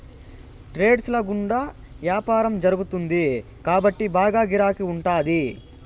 trades ల గుండా యాపారం జరుగుతుంది కాబట్టి బాగా గిరాకీ ఉంటాది